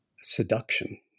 seduction